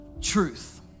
truth